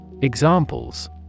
Examples